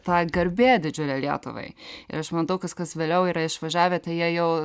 ta garbė didžiulė lietuvai ir aš matau kas kas vėliau yra išvažiavę tai jie jau